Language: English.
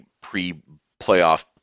pre-playoff